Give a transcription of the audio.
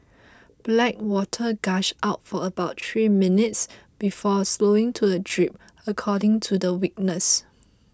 black water gushed out for about three minutes before slowing to a drip according to the witness